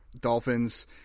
dolphins